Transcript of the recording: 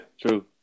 true